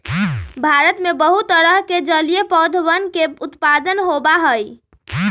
भारत में बहुत तरह के जलीय पौधवन के उत्पादन होबा हई